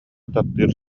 таптыыр